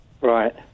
Right